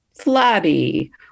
flabby